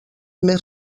més